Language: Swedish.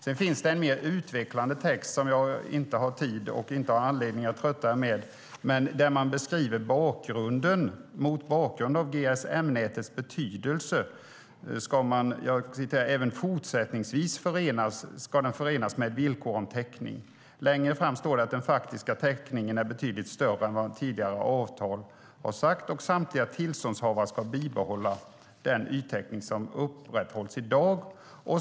Sedan finns det en mer utvecklande text som jag inte har tid och anledning att trötta er med, men där beskriver man bakgrunden. Mot bakgrund av GSM-nätets betydelse ska den även fortsättningsvis förenas med villkor om täckning. Längre fram står det att den faktiska täckningen är betydligt större än vad tidigare avtal har sagt. Och samtliga tillståndshavare ska bibehålla den yttäckning som upprätthålls i dag.